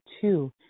two